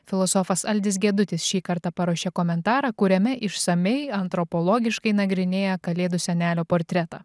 filosofas aldis gedutis šį kartą paruošė komentarą kuriame išsamiai antropologiškai nagrinėja kalėdų senelio portretą